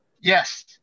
Yes